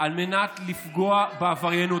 על מנת לפגוע בעבריינים.